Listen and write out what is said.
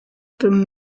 dem